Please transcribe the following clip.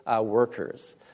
workers